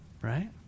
right